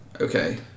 Okay